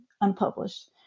unpublished